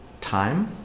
Time